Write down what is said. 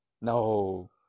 No